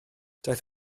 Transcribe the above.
daeth